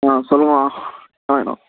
ஆ சொல்லுங்கம்மா என்ன வேணும்